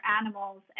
animals